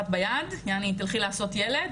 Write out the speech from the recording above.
עדיף שתלכי לעשות ילד,